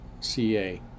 CA